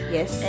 Yes